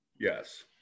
Yes